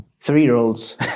three-year-olds